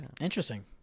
Interesting